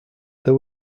there